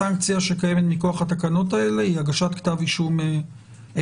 הסנקציה שקיימת מכוח התקנות האלה היא הגשת כתב אישום פלילי.